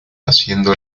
haciendo